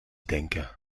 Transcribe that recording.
denken